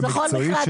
בכל מקרה,